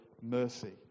mercy